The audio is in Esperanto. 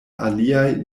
aliaj